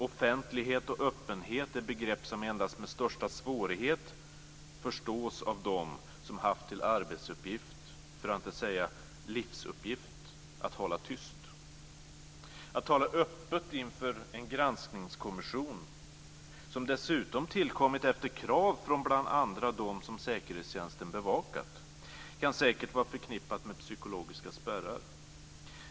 Offentlighet och öppenhet är begrepp som endast med största svårighet förstås av dem som haft i arbetsuppgift, för att inte säga livsuppgift, att hålla tyst. Att tala öppet inför en granskningskommission, som dessutom tillkommit efter krav från bl.a. dem som säkerhetstjänsten bevakat, kan säkert vara förknippat med psykologiska spärrar.